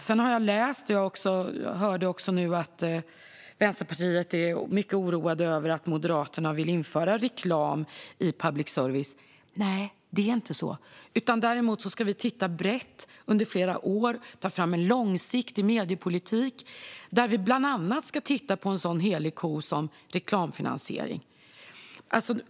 Jag har läst och jag hörde nu att Vänsterpartiet är mycket oroat över att Moderaterna vill införa reklam i public service. Nej, det är inte så. Däremot ska vi titta på detta brett under flera år och ta fram en långsiktig mediepolitik. Vi ska bland annat se på en helig ko som reklamfinansiering.